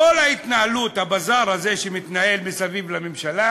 כל ההתנהלות, הבזאר הזה שמתנהל מסביב לממשלה